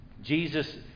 Jesus